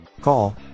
Call